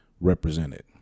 represented